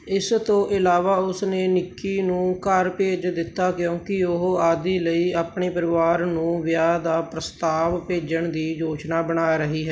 ਇਸ ਤੋਂ ਇਲਾਵਾ ਉਸ ਨੇ ਨਿੱਕੀ ਨੂੰ ਘਰ ਭੇਜ ਦਿੱਤਾ ਕਿਉਂਕਿ ਉਹ ਆਦੀ ਲਈ ਆਪਣੇ ਪਰਿਵਾਰ ਨੂੰ ਵਿਆਹ ਦਾ ਪ੍ਰਸਤਾਵ ਭੇਜਣ ਦੀ ਯੋਜਨਾ ਬਣਾ ਰਹੀ ਹੈ